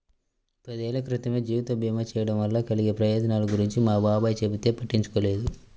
పదేళ్ళ క్రితమే జీవిత భీమా చేయడం వలన కలిగే ప్రయోజనాల గురించి మా బాబాయ్ చెబితే పట్టించుకోలేదు